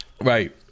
Right